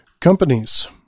Companies